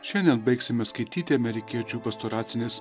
šiandien baigsime skaityti amerikiečių pastoracinės